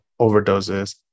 overdoses